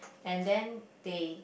and then they